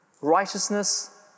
Righteousness